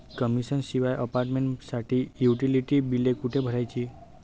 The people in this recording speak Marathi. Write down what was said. कमिशन शिवाय अपार्टमेंटसाठी युटिलिटी बिले कुठे भरायची?